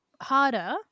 harder